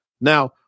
Now